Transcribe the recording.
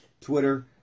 Twitter